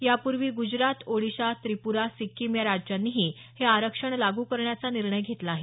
यापूर्वी गुजरात ओडीशा त्रिपुरा सिक्कीम या राज्यांनीही हे आरक्षण लागू करण्याचा निर्णय घेतला आहे